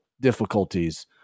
difficulties